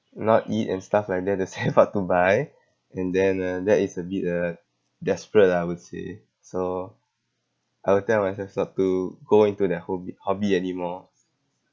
not eat and stuff like that to save up to buy and then uh that is a bit uh desperate I would say so I will tell myself not to go into that hobby hobby anymore